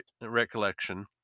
recollection